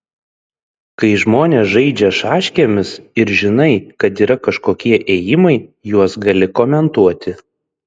kai žmonės žaidžia šaškėmis ir žinai kad yra kažkokie ėjimai juos gali komentuoti